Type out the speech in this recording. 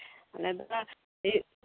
ᱚ ᱟᱞᱮ